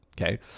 Okay